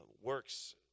works